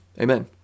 amen